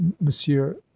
monsieur